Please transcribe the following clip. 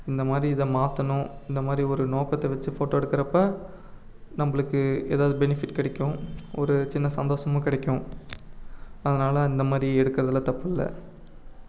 இந்தமாதிரி இதை மாற்றணும் இந்தமாதிரி ஒரு நோக்கத்தை வச்சு ஃபோட்டோ எடுக்கிறப்ப நம்பளுக்கு ஏதாது பெனிஃபிட் கிடைக்கும் ஒரு சின்ன சந்தோஷமும் கிடைக்கும் அதனால் அந்தமாதிரி எடுக்கிறதுல தப்பு இல்லை